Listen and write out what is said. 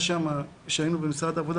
כשהיינו במשרד העבודה,